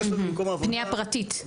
פנייה פרטית.